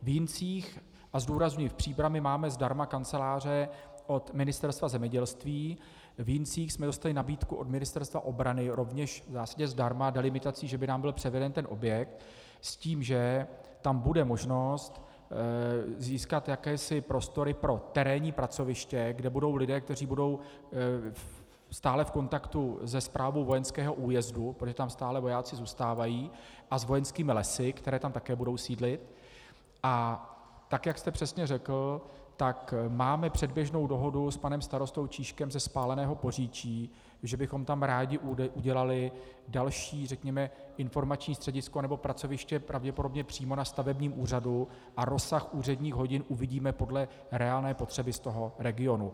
V Jincích, a zdůrazňuji, v Příbrami máme zdarma kanceláře od Ministerstva zemědělství, v Jincích jsme dostali nabídku od Ministerstva obrany, rovněž vlastně zdarma, delimitací že by nám byl převeden ten objekt, s tím, že tam bude možnost získat jakési prostory pro terénní pracoviště, kde budou lidé, kteří budou stále v kontaktu se správou vojenského újezdu, protože tam stále vojáci zůstávají, a s Vojenskými lesy, které tam také budou sídlit, a tak jak jste přesně řekl, tak máme předběžnou dohodu s panem starostou Čížkem ze Spáleného Poříčí, že bychom tam rádi udělali další informační středisko nebo pracoviště pravděpodobně přímo na stavebním úřadu a rozsah úředních hodin uvidíme podle reálné potřeby z regionu.